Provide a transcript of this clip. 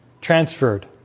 transferred